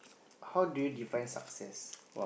how do you define success